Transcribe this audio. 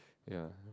ya